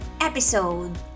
episode